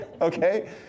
Okay